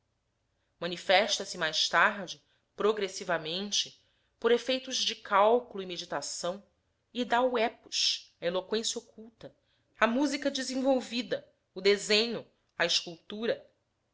manifesta-se mais tarde progressivamente por efeitos de cálculo e meditação e dá o epos a eloqüência culta a música desenvolvida o desenho a escultura